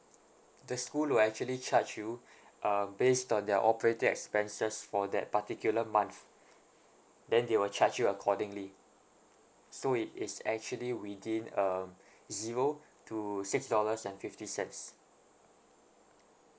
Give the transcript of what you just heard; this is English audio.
the school will actually charge you uh based on their operating expenses for that particular month then they will charge you accordingly so it is actually within um zero to six dollars and fifty cents